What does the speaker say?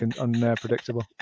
unpredictable